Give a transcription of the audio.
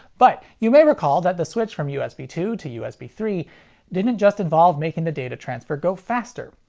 but you may recall that the switch from usb two to usb three didn't just involve making the data transfer go faster.